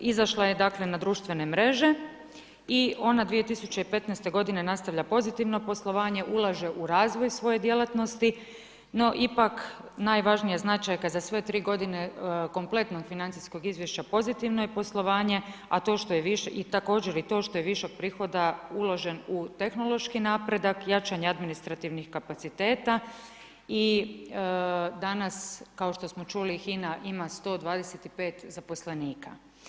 Izašla je na društvene mreže i ona 2015. godine nastavlja pozitivno poslovanje, ulaže u razvoj svoje djelatnosti no ipak najvažnija značajka za sve tri godine kompletnog financijskog izvješća pozitivno je poslovanje a također i to što je višak prihoda uložen u tehnološki napredak, jačanje administrativnih kapaciteta i danas kao što smo čuli HINA ima 125 zaposlenika.